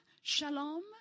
shalom